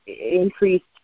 increased